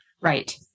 Right